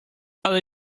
ale